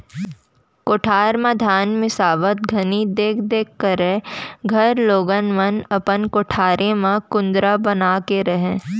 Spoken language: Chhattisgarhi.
कोठार म धान मिंसावत घनी देख देख करे घर लोगन मन अपन कोठारे म कुंदरा बना के रहयँ